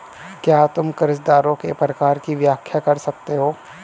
क्या तुम कर्जदारों के प्रकार की व्याख्या कर सकते हो?